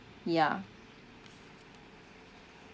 ya